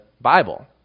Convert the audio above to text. Bible